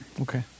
Okay